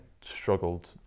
struggled